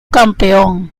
campeón